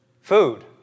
Food